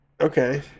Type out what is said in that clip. Okay